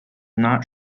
not